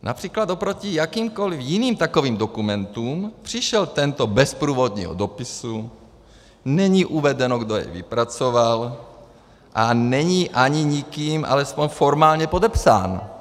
Například oproti jakýmkoliv jiným takovým dokumentům přišel tento bez průvodního dopisu, není uvedeno, kdo jej vypracoval, a není ani nikým alespoň formálně podepsán.